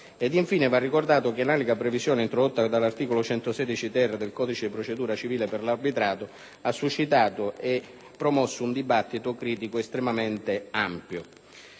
Infine, va ricordato che l'analoga previsione introdotta dall'articolo 116-*ter* del codice di procedura civile per l'arbitrato ha suscitato e promosso un dibattito critico estremamente ampio.